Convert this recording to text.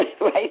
right